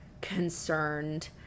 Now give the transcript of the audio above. concerned